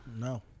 No